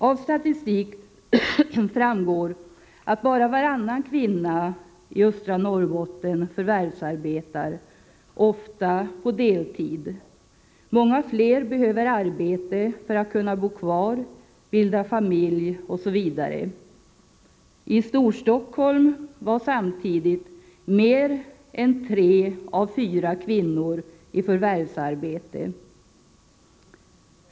Av statistik framgår att bara varannan kvinna i Östra Norrbotten förvärvsarbetar, ofta på deltid. Många fler behöver arbete för att kunna bo kvar, bilda familj, osv. I Storstockholm var samtidigt mer än tre av fyra kvinnor i förvärvsarbete.